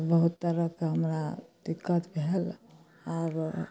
बहुत तरहके हमरा दिक्कत भेल आब